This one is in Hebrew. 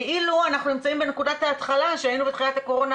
כאילו אנחנו נמצאים בנקודת ההתחלה שהיינו בה בתחילת הקורונה,